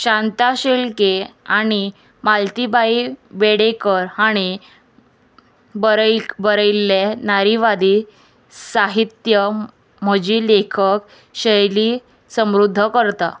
शांता शिल्के आनी मालतीबाई बेडेकर हाणें बरय बरयल्लें नारीवादी साहित्य म्हजी लेखक शैली समृध्द करता